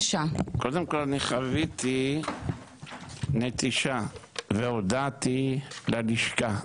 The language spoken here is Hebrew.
אני חוויתי נטישה והודעתי ללשכה.